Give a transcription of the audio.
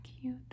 cute